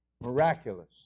miraculous